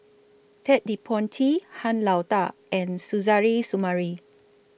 Ted De Ponti Han Lao DA and Suzairhe Sumari